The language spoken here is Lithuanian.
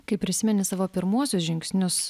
kai prisimeni savo pirmuosius žingsnius